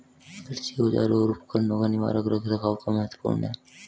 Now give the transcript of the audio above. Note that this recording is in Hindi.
कृषि औजारों और उपकरणों का निवारक रख रखाव क्यों महत्वपूर्ण है?